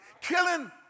killing